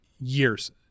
years